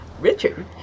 Richard